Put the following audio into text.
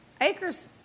acres